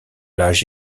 l’âge